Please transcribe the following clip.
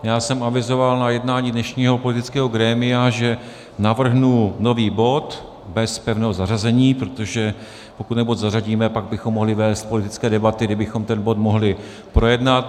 Já jsem avizoval na jednání dnešního politického grémia, že navrhnu nový bod bez pevného zařazení, protože pokud ten bod zařadíme, pak bychom mohli vést politické debaty, kdy bychom ten bod mohli projednat.